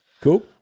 Cool